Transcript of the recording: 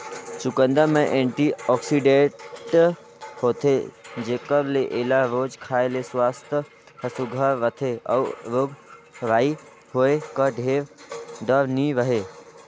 चुकंदर में एंटीआक्सीडेंट होथे जेकर ले एला रोज खाए ले सुवास्थ हर सुग्घर रहथे अउ रोग राई होए कर ढेर डर नी रहें